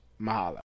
Mahalo